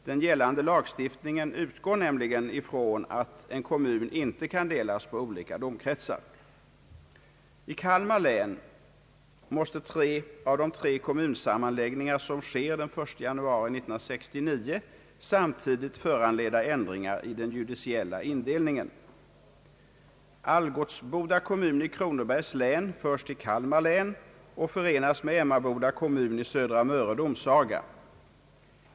Den gällande lagstiftningen utgår nämligen ifrån att en kommun inte kan delas på olika domkretsar. I Kalmar län måste tre av de kommunsammanläggningar som sker den 1 januari 1969 samtidigt föranleda ändringar i den judiciella indelningen. Algutsboda kommun i Kronobergs län förs till Kalmar län och förenas med Emmaboda kommun i Södra Möre domsaga.